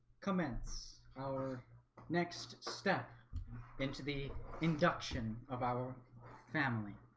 commence our next step into the induction of our family